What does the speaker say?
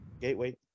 gateway